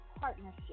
partnership